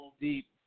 deep